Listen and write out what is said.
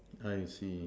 I see